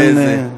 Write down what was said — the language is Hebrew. כן.